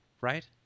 right